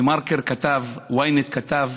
דה-מרקר כתב, ynet כתב,